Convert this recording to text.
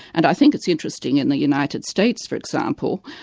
and i think it's interesting in the united states for example,